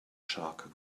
shark